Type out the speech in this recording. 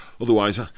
Otherwise